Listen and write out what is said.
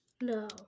No